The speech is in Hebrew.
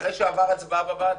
אחרי שעבר הצבעה בוועדה.